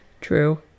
True